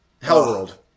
Hellworld